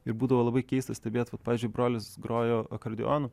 ir būdavo labai keista stebėt vat pavyzdžiui brolis grojo akordeonu